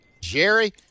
Jerry